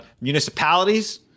municipalities